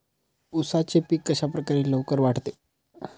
उसाचे पीक कशाप्रकारे लवकर वाढते?